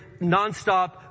Nonstop